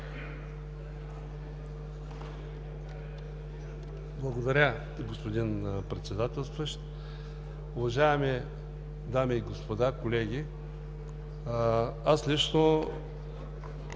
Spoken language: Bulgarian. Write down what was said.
Благодаря Ви, господин Председателстващ. Уважаеми дами и господа колеги! Аз лично